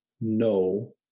no